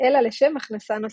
אלא לשם הכנסה נוספת.